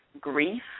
grief